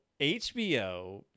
HBO